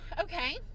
okay